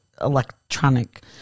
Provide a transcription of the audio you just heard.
electronic